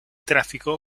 tráfico